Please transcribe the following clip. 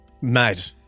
Mad